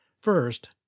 First